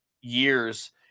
years